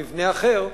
במבנה אחר,